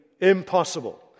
impossible